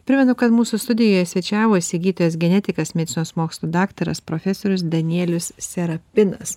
primenu kad mūsų studijoje svečiavosi gydytojas genetikas medicinos mokslų daktaras profesorius danielius serapinas